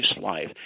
life